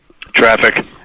Traffic